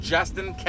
Justin